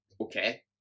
okay